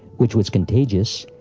which was contagious,